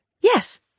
Yes